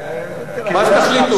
מה שתחליטו.